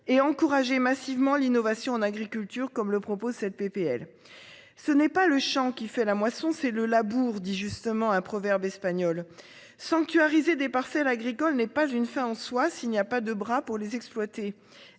et encourager massivement l'innovation en agriculture, comme le propose cette PPL ce n'est pas le chant qui fait la moisson c'est le Labour dit justement un proverbe espagnol sanctuariser des parcelles agricoles n'est pas une fin en soi. S'il n'y a pas de bras pour les exploiter et